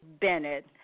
Bennett